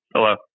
Hello